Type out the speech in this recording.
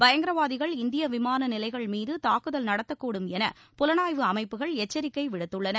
பயங்கரவாதிகள் இந்திய விமான நிலையங்கள் மீது தாக்குதல் நடத்தக்கூடும் என புலனாய்வு அமைப்புகள் எச்சரிக்கை விடுத்துள்ளன